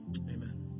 Amen